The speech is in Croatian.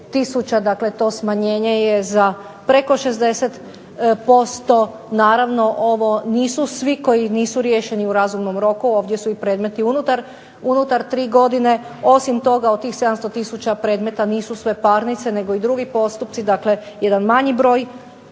dakle to smanjenje je za preko 60%, naravno ovo nisu svi koji nisu riješeni u razumnom roku, ovdje su i predmeti unutar 3 godine. Osim toga od tih 700 tisuća predmeta nisu sve parnice, nego i drugi postupci, dakle jedan manji broj